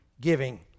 giving